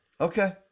Okay